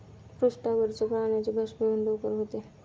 पृष्ठावरच्या पाण्याचे बाष्पीभवन लवकर होते